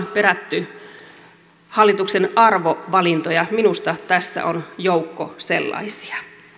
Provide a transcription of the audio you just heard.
perätty hallituksen arvovalintoja minusta tässä on joukko sellaisia